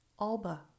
Alba